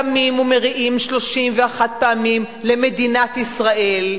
קמים ומריעים 31 פעמים למדינת ישראל,